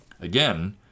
Again